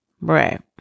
right